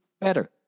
better